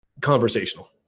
conversational